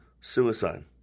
suicide